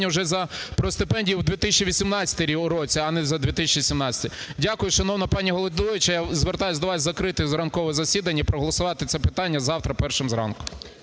Дякую, шановна пані головуюча. Я звертаюсь до вас закрити ранкове засідання і проголосувати це питання завтра першим зранку.